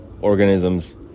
organisms